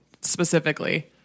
specifically